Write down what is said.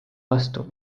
vastu